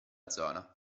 zona